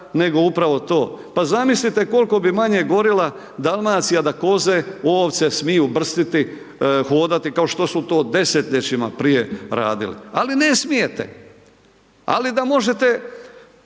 pa zamislite koliko bi manje gorila Dalmacija da koze, ovce smiju brstiti, hodati, kao što su to desetljećima prije radili, ali ne smijete, ali da možete